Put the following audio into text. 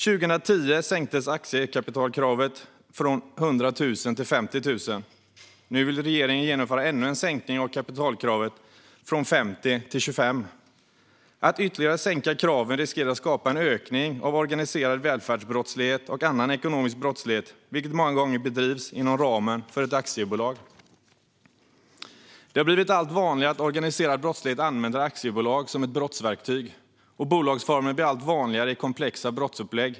År 2010 sänktes aktiekapitalkravet från 100 000 till 50 000. Nu vill regeringen genomföra ännu en sänkning av kapitalkravet i aktiebolag från 50 000 till 25 000. Att ytterligare sänka kraven riskerar att skapa en ökning av organiserad välfärdsbrottslighet och annan ekonomisk brottslighet, vilken många gånger bedrivs inom ramen för ett aktiebolag. Det har blivit allt vanligare att organiserad brottslighet använder aktiebolag som ett brottsverktyg. Bolagsformen blir allt vanligare i komplexa brottsupplägg.